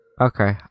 Okay